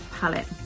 palette